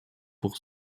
pour